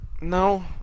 No